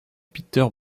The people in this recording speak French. peter